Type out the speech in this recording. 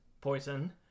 poison